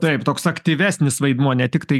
taip toks aktyvesnis vaidmuo ne tiktai